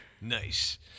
Nice